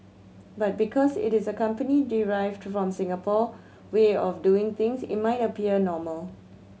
but because it is a company derived from Singapore way of doing things it might appear normal